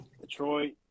Detroit